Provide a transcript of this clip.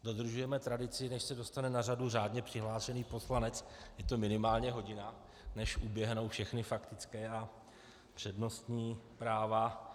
Dodržujeme tradici než se dostane na řadu řádně přihlášený poslanec, je to minimálně hodina, než uběhnou všechny faktické a přednostní práva.